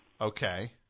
Okay